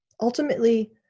Ultimately